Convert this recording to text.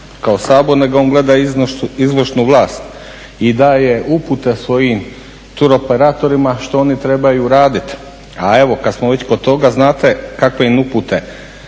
kao Sabor, nego on gleda izvršnu vlast i daje upute svojim turoperatorima što oni trebaju raditi. A evo kad smo već kod toga znate kakve im upute